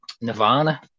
Nirvana